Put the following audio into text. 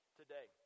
today